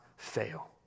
fail